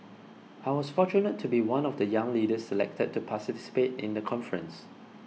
I was fortunate to be one of the young leaders selected to participate in the conference